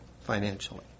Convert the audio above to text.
financially